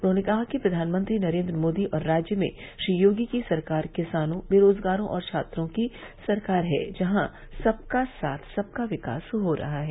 उन्होंने कहा कि प्रघानमंत्री नरेन्द्र मोदी और राज्य में श्री योगी की सरकार किसानों बेरोजगारों और छात्रों की सरकार है जहां सबका साथ सबका विकास हो रहा है